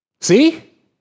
See